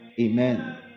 Amen